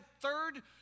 third